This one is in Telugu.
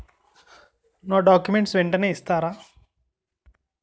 నా డాక్యుమెంట్స్ వెంటనే ఇస్తారా?